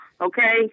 okay